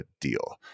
deal